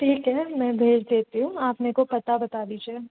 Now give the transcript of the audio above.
ठीक है मैं भेज देती हूँ आप मेरेको पता बता दीजिए